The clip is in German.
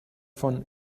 von